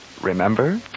remember